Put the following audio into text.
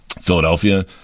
philadelphia